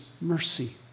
mercy